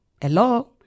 Hello